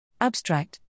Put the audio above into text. Abstract